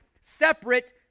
separate